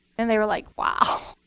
and they were like, wow.